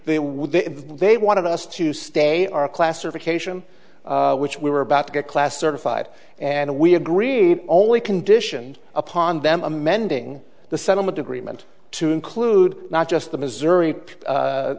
if they wanted us to stay our classification which we were about to get class certified and we agreed only condition upon them amending the settlement agreement to include not just the missouri